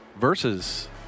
versus